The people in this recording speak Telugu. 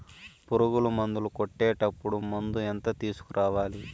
పులుగు మందులు కొట్టేటప్పుడు మందు ఎంత తీసుకురావాలి?